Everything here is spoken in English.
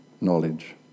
knowledge